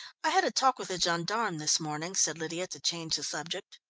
i had a talk with a gendarme this morning, said lydia to change the subject.